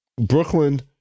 Brooklyn